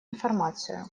информацию